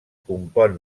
compon